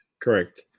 Correct